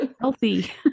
healthy